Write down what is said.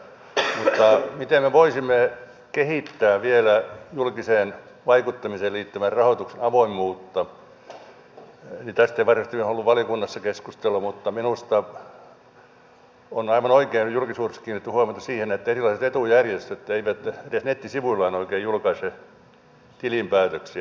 mutta miten me voisimme kehittää vielä julkiseen vaikuttamiseen liittyvän rahoituksen avoimuutta tästä ei varsinaisesti ollut valiokunnassa keskustelua mutta minusta on aivan oikein julkisuudessa kiinnitetty huomiota siihen että erilaiset etujärjestöt eivät edes nettisivuillaan oikein julkaise tilinpäätöksiä